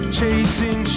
chasing